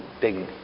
Big